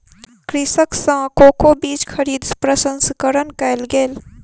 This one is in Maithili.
कृषक सॅ कोको बीज खरीद प्रसंस्करण कयल गेल